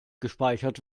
gespeichert